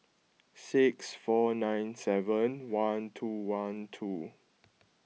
six four nine seven one two one two